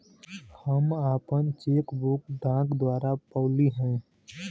हम आपन cheque book डाक द्वारा पउली है